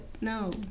no